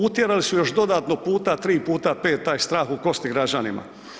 Utjerali su još dodatno puta tri puta pet taj strah u kosti građanima.